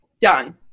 Done